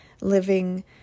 living